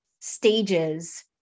stages